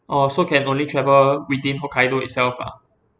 orh so can only travel within hokkaido itself ah